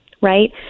right